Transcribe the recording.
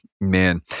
man